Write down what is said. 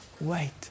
wait